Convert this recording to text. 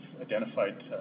identified